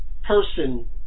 person